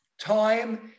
time